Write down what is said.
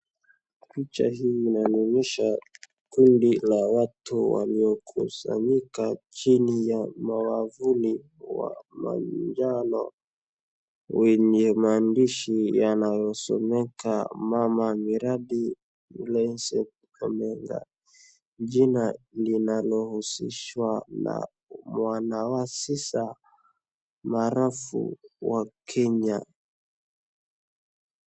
Picha hii inanionyesha kundi la watu waliokusanyika chini ya mwavuli wa maungamo wenye maandishi yanayosomeka mama miradi Millicent Omanga, jina linalohusishwa na mwanasiasa wa rafu wa Kenya.